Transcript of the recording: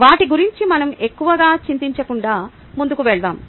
వాటి గురించి మనం ఎక్కువగా చింతించకుండా ముందుకు వెళ్దాం